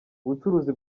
ubucuruzi